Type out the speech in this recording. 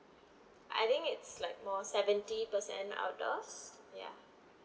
I think it's like more seventy percent outdoors ya